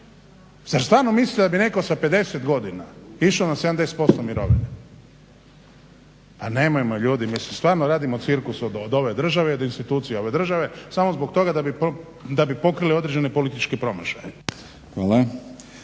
Zar stvarno mislite da bi netko sa 50 godina išao na 70% mirovine? Pa nemojmo ljudi, mislim stvarno radimo cirkus od ove države i od institucija ove države samo zbog toga da bi pokrili određene političke promašaje.